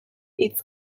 hitz